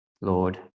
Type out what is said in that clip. Lord